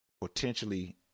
potentially